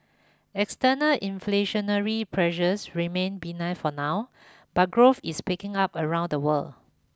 external inflationary pressures remain benign for now but growth is picking up around the world